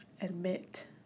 admit